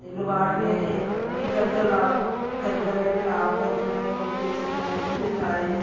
ते लगाठ बी ऐ हे फिर गर्गल लाओ गर्गलै बी लाओ गर्गल बेच्च असें गर्गल बी लगाए दे